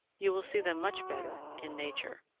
you will see them much better in nature.